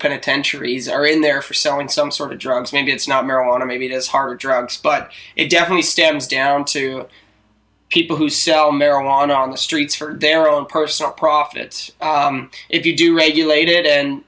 penitentiaries are in there for selling some sort of drugs maybe it's not marijuana maybe it is hard drugs but it definitely stems down to people who sell marijuana on the streets for their own personal profit if you do regulate it and